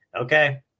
okay